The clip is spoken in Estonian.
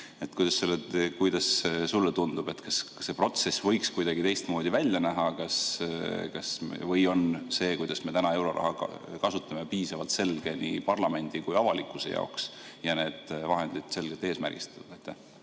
Kuidas sulle tundub, kas see protsess võiks kuidagi teistmoodi välja näha või on see, kuidas me euroraha kasutame, piisavalt selge nii parlamendi kui ka avalikkuse jaoks ja need vahendid selgelt eesmärgistatud?